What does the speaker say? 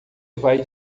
vai